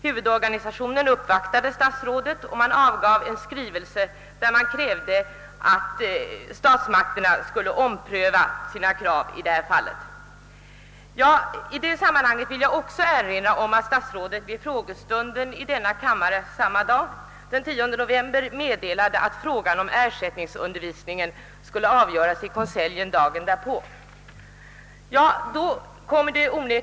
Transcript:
Huvudorganisationen uppvaktade statsrådet, och man avlät en skrivelse, där man krävde, att statsmakterna skulle ompröva sitt ställningstagande i detta fall. I det sammanhanget vill jag också erinra om att statsrådet under frågestunden i denna kammare samma dag, den 10 november, meddelade, att frågan om ersättningsundervisning skulle avgöras i konseljen dagen därpå.